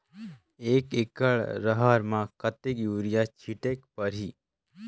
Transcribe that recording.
एक एकड रहर म कतेक युरिया छीटेक परही?